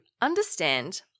understand